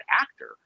actor